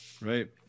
right